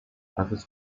others